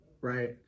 Right